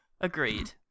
Agreed